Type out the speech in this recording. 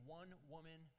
one-woman